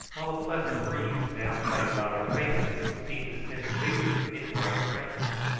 while a pleasant breeze now played about our faces and seemed to send vigour into our frames.